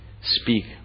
speak